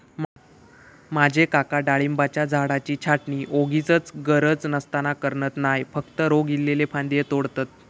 माझे काका डाळिंबाच्या झाडाची छाटणी वोगीचच गरज नसताना करणत नाय, फक्त रोग इल्लले फांदये तोडतत